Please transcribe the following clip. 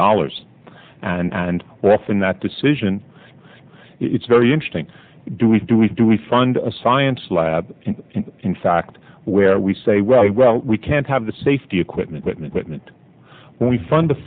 dollars and wealth in that decision it's very interesting do we do we do we fund a science lab in fact where we say well we can't have the safety equipment when we fund the